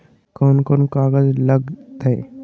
कौन कौन कागज लग तय?